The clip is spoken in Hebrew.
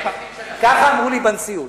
כך אמרו לי בנשיאות.